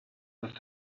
with